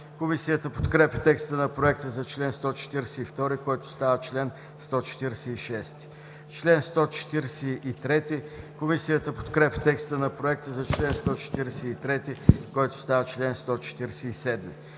Комисията подкрепя текста на Проекта за чл. 149, който става чл. 155. Комисията подкрепя текста на Проекта за чл. 150, който става чл. 156.